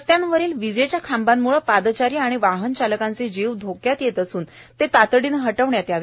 रस्त्यांवरील विजेच्या खांबांमुळे पादचारी आणि वाहनचालकांचे जीव धोक्यात येत असून ते तातडीनं हटवण्यात यावे